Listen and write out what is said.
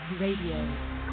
Radio